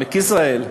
מעמק-יזרעאל,